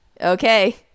Okay